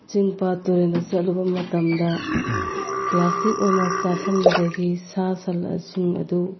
ꯆꯤꯡ ꯄꯥꯠ ꯇꯨꯔꯦꯟꯗ ꯆꯠꯂꯨꯕ ꯃꯇꯝꯗ ꯄ꯭ꯂꯥꯁꯇꯤꯛ ꯑꯣꯏꯅ ꯆꯥꯁꯤꯟꯕꯗꯒꯤ ꯁꯥ ꯁꯟ ꯁꯤꯡ ꯑꯗꯨ